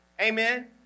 Amen